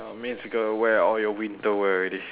means you gotta wear all your winter wear already